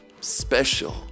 Special